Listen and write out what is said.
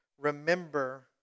remember